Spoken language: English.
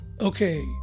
Okay